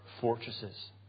fortresses